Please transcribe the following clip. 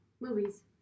Movies